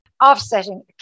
Offsetting